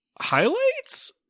highlights